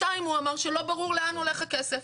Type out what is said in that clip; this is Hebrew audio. שנית, הוא אמר, שלא ברור לאן הולך הכסף.